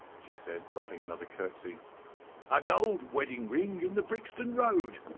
she said, dropping another curtsey a gold wedding ring in the brixton road.